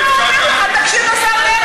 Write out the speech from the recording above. בתחום האוטיזם.